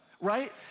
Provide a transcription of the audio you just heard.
right